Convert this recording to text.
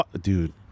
Dude